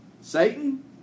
Satan